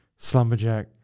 Slumberjack